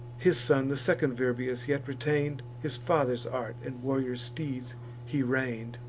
his son, the second virbius, yet retain'd his father's art, and warrior steeds he rein'd.